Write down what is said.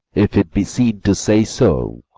if it be sin to say so,